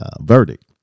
verdict